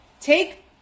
Take